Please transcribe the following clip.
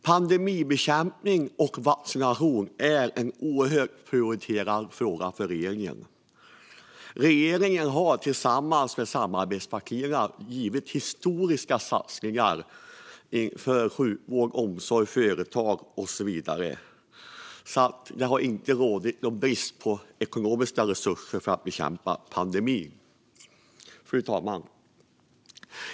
Pandemibekämpning och vaccination är en oerhört prioriterad fråga för regeringen. Regeringen har tillsammans med samarbetspartierna gjort historiska satsningar på sjukvård, omsorg, företag och så vidare. Det har alltså inte rått brist på ekonomiska resurser för att bekämpa pandemin. Fru talman!